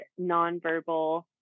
nonverbal